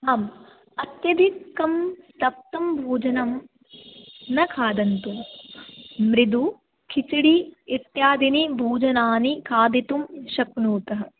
आम् अत्यधिकं तप्तं भोजनं न खादन्तु मृदु खिचडि इत्यादिनी भोजनानि खादितुं शक्नुतः